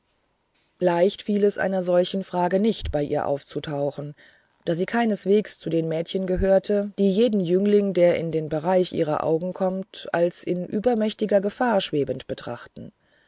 leicht fiel es einer solchen frage nicht bei ihr aufzutauchen da sie keineswegs zu den mädchen gehörte die jeden jüngling der in den bereich ihrer augen kommt als in übermächtiger gefahr schwebend betrachten